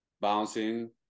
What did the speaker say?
bouncing